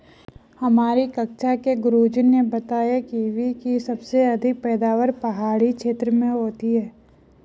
हमारी कक्षा के गुरुजी ने बताया कीवी की सबसे अधिक पैदावार पहाड़ी क्षेत्र में होती है